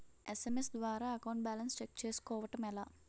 SMS ద్వారా account balance check చేసుకోవటం ఎలా?